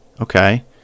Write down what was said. Okay